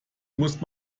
musste